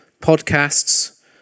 podcasts